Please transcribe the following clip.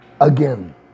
again